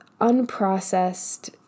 unprocessed